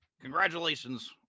Congratulations